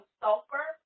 sulfur